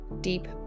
deep